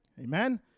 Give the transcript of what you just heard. Amen